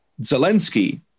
Zelensky